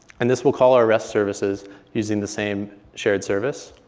and this will call our rest services using the same shared service.